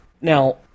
Now